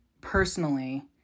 personally